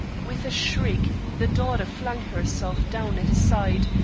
with a shriek, the daughter flung herself down at his side,